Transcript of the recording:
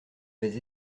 vais